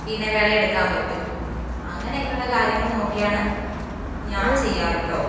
പിന്നെ വിളയെടുക്കാൻ പറ്റും അങ്ങനെയൊക്കെയുള്ള കാര്യങ്ങൾ നോക്കിയാണ് ഞാൻ ചെയ്യാറ് കേട്ടോ